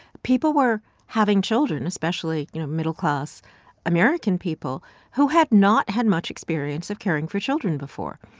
people were having children especially, you know, middle-class american people who had not had much experience of caring for children before.